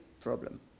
problem